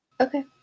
Okay